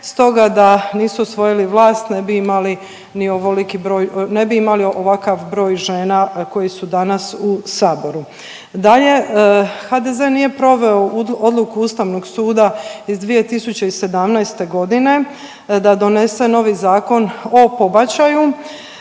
bi imali ni ovoliki broj, ne bi imali ovakav broj žena koje su danas u Saboru. Dalje, HDZ nije proveo odluku Ustavnog suda iz 2017.g. da donese novi Zakon o pobačaju.